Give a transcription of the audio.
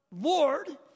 Lord